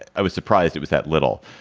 i was surprised it was that little.